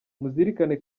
muzirikane